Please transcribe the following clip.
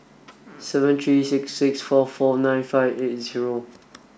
seven three six six four four nine five eight zero